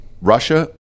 Russia